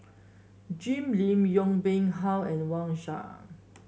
Jim Lim Yong Pung How and Wang Sha